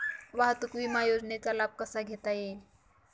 वाहतूक विमा योजनेचा लाभ कसा घेता येईल?